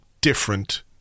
different